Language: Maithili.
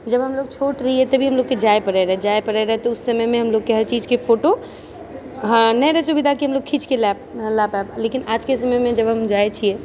जब हमलोग छोट रहियै तभी हमलोगके जाइ पड़ै रहै जाइ पड़ै रहै तऽ उस समयमे हमलोगके हर चीजके फोटो हँ नहि रहै सुविधा कि हमलोग खीँचके लऽ पाबि लेकिन आजके समयमे जब हम जाइ छियै